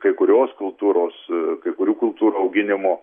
kai kurios kultūros kai kurių kultūrų auginimo